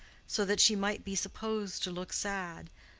so that she might be supposed to look sad,